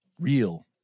real